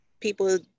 people